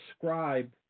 describe